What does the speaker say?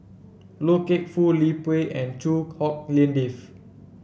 Loy Keng Foo Liu Peihe and Chua Hak Lien Dave